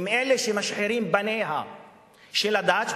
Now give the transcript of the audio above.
הם אלה שמשחירים את פניה של הדת,